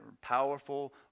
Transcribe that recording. powerful